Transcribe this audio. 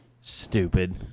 Stupid